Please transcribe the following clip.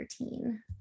routine